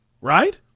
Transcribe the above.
Right